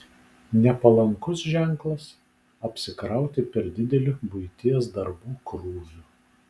nepalankus ženklas apsikrauti per dideliu buities darbų krūviu